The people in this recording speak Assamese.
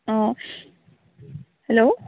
অঁ হেল্ল'